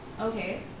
okay